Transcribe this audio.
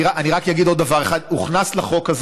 אני רק אגיד עוד דבר אחד: הוכנס לחוק הזה